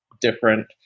different